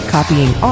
Copying